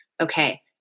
okay